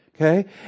Okay